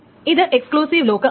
ഇത് exclusive lock ആണ്